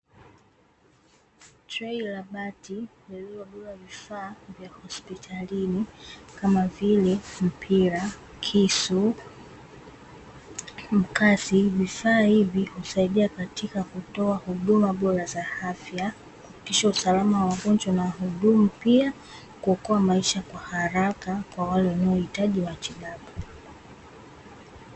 Trei la bati, lililobeba vifaa vya hospitalini, kama vile: mpira, kisu, mkasi, vifaa. Hivi husaidia katika kutoa huduma bora za afya, kuhakikisha usalama wa wagonjwa na wahudumu, pia kuokoa maisha kwa haraka kwa wale wanaohitaji matibabu.